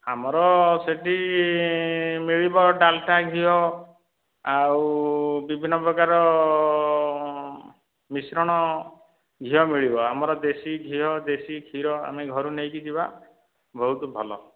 ଆମର ସେହିଠି ମିଳିବ ଡାଳଡ଼ା ଘିଅ ଆଉ ବିଭିନ୍ନ ପ୍ରକାର ମିଶ୍ରଣ ଘିଅ ମିଳିବ ଆମର ଦେଶୀ ଘିଅ ଦେଶୀ କ୍ଷୀର ଆମେ ଘରୁ ନେଇକି ଯିବା ବହୁତ ଭଲ